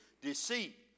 deceit